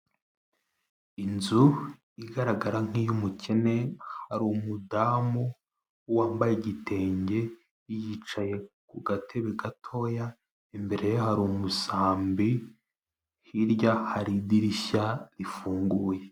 Inzu igaragara nk'iy'umukene, hari umudamu wambaye igitenge, yicaye ku gatebe gatoya, imbere ye hari umusambi, hirya hari idirishya rifunguye.